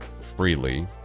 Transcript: freely